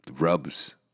rubs